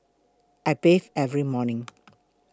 I bathe every morning